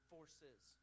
Forces